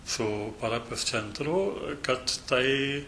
su parapijos centru kad tai